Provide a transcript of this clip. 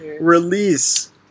release